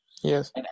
Yes